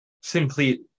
simply